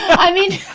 i mean,